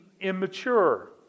immature